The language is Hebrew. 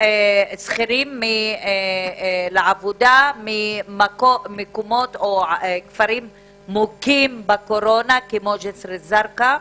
שכירים לעבודה ממקומות או כפרים מוכים בקורונה כמו ז'יזר א-זרקא.